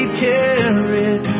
carried